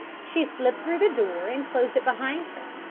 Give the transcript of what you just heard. she slipped through the door and closed it behind her,